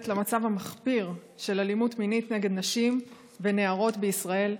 למצב המחפיר של אלימות מינית נגד נשים ונערות בישראל,